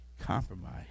Compromise